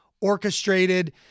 orchestrated